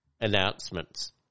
Announcements